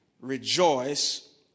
rejoice